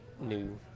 new